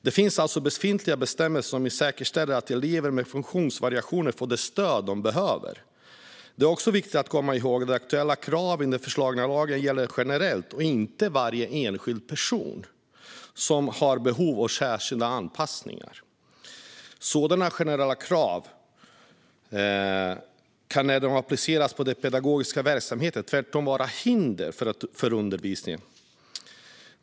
Det finns alltså befintliga bestämmelser som säkerställer att elever med funktionsvariationer får det stöd de behöver. Det är också viktigt att komma ihåg att de aktuella kraven i den föreslagna lagen gäller generellt och inte varje enskild person som har behov av särskilda anpassningar. Sådana generella krav kan när de appliceras på den pedagogiska verksamheten tvärtom vara hinder för undervisningen.